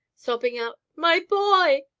sobbing out, my boy!